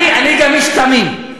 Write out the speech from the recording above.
אני גם איש תמים.